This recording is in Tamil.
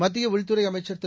மத்திய உள்துறை அமைச்சர் திரு